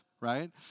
right